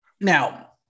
now